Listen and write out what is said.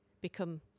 become